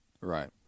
Right